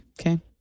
Okay